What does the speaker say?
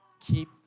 keep